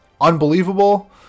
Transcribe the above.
unbelievable